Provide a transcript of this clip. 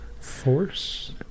Force